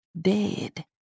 dead